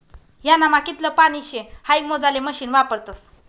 ह्यानामा कितलं पानी शे हाई मोजाले मशीन वापरतस